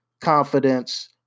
confidence